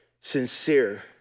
sincere